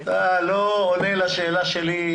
אתה לא עונה לשאלה שלי.